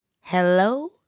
Hello